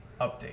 update